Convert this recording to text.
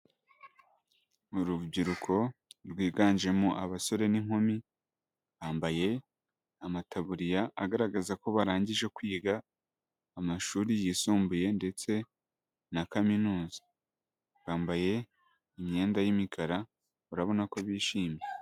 Urubyiruko rwiganjemo abasore n'inkumi bambaye amataburiya agaragaza ko barangije kwiga amashuri yisumbuye ndetse na kaminuza, bambaye imyenda y'imikara urabona ko bishimye.